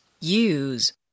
Use